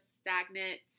stagnant